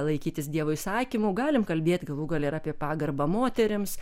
laikytis dievo įsakymų galim kalbėt galų gale ir apie pagarbą moterims